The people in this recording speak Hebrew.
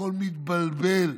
הכול מתבלבל.